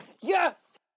Yes